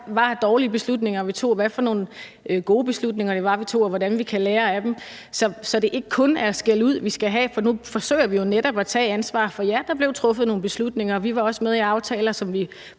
tog af dårlige beslutninger, hvad vi tog af gode beslutninger, og hvordan vi kan lære af dem, så det ikke kun er skældud, vi skal have. For nu forsøger vi jo netop at tage et ansvar. For ja, der blev truffet nogle beslutninger, og vi var også med i nogle